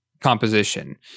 composition